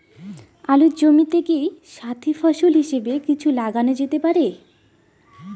আলুর জমিতে কি সাথি ফসল হিসাবে কিছু লাগানো যেতে পারে?